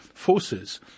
Forces